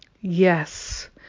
Yes